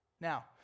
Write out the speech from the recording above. Now